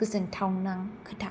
गोजोनथावना खोथा